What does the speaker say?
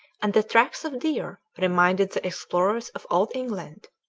and the tracks of deer reminded the explorers of old england.